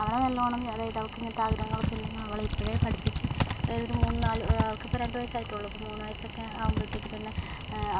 അവളെ നല്ലവണ്ണം അതായത് അവൾക്ക് ഇങ്ങനത്തെ ആഗ്രഹങ്ങൾ ഉണ്ടെങ്കിൽ അവളെ ഇപ്പോഴേ പഠിപ്പിച്ച് അതായത് മൂന്ന് നാല് അവൾക്കിപ്പോൾ രണ്ടു വയസ്സ് ആയിട്ടുള്ളൂ അപ്പോൾ മൂന്നു വയസ്സൊക്കെ ആവുമ്പോഴേക്കും തന്നെ